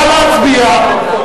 נא להצביע.